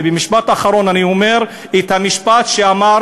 ובמשפט אחרון אני אומר את המשפט שאמר